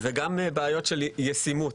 וגם בעיות של ישימות,